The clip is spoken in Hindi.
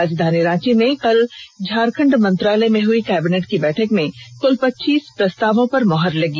राजधानी रांची में कल झारखंड मंत्रालय में हई कैबिनेट की बैठक में कल पच्चीस प्रस्तावों पर मुहर लगी